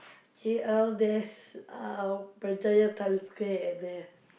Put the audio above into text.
K_L there's uh Berjaya-Times-Square at there